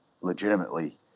legitimately